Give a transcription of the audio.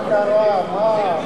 מה קרה, מה?